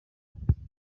twanyuzemo